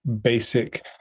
basic